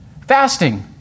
Fasting